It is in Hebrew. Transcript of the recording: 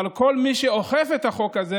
אבל כל מי שאוכף את החוק הזה